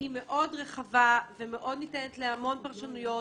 שהיא מאוד רחבה וניתנת להמון פרשנויות